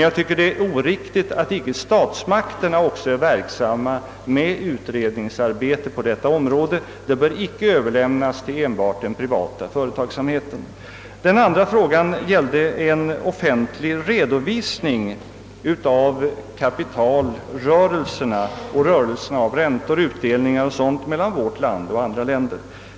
Jag anser det dock vara oriktigt att icke statsmakterna också är verksamma med utredningsarbete på detta område. Det bör icke överlämnas till den privata företagsamheten. Den andra frågan gällde en offentlig redovisning av kapitalrörelserna och rörelserna av räntor, utdelningar m.m. mellan vårt land och andra länder.